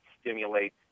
stimulates